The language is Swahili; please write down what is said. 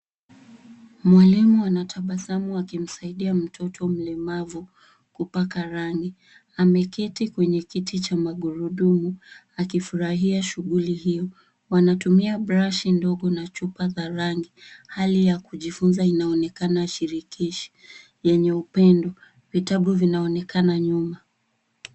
Mwalimu anatabasamu akimsaidia mtoto mlemavu kupaka rangi. Ameketi kwenye kiti cha magurudumu akifurahia shughuli hio. Wanatumia brashi ndogo na chupa za rangi. Hali ya kujifunza inaonekana shirikishi, yenye upendo. Vitabu vinaonekana nyuma.